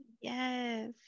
yes